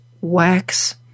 wax